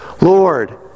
Lord